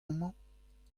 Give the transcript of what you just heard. amañ